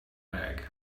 bag